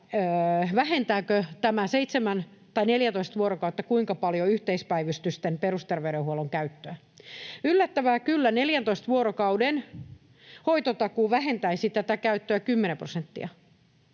vähentääkö tämä seitsemän tai 14 vuorokautta kuinka paljon yhteispäivystysten perusterveydenhuollon käyttöä. Yllättävää kyllä, 14 vuorokauden hoitotakuu vähentäisi tätä käyttöä 10 prosenttia.